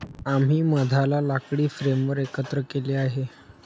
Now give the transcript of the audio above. आम्ही मधाला लाकडी फ्रेमवर एकत्र केले आहे